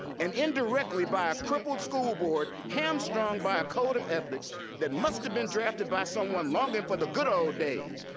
and indirectly by a crippled school board hamstrung by a code of ethics that must have been drafted by someone longing for the good old days,